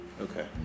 okay